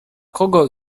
kogo